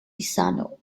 pisano